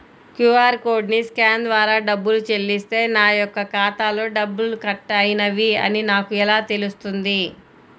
QR కోడ్ని scan ద్వారా డబ్బులు చెల్లిస్తే నా యొక్క ఖాతాలో డబ్బులు కట్ అయినవి అని నాకు ఎలా తెలుస్తుంది?